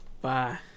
Bye